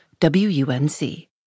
WUNC